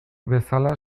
bezala